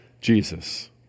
Jesus